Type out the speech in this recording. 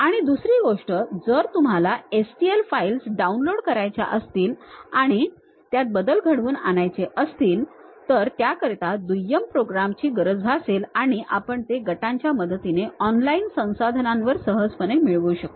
आणि दुसरी गोष्ट जर तुम्हाला STL फाईल्स डाउनलोड करायच्या असतील आणि त्यात बदल घडवून आणायचे असतील तर त्याकरिता दुय्यम प्रोग्राम ची गरज भासेल आणि आपण ते गटांच्या मदतीने ऑनलाइन संसाधनांवर सहजपणे मिळवू शकतो